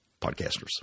podcasters